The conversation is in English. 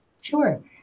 Sure